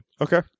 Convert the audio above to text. Okay